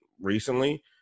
recently